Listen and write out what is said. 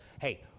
Hey